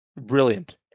brilliant